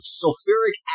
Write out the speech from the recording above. sulfuric